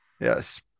Yes